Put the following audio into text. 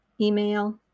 email